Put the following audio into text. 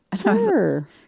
Sure